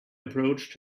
approached